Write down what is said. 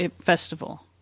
festival